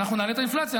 נעלה את האינפלציה,